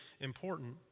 important